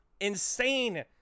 Insane